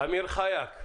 אמיר חייק,